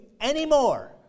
anymore